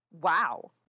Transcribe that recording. Wow